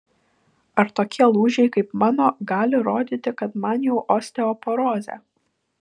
ar tokie lūžiai kaip mano gali rodyti kad man jau osteoporozė